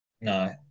No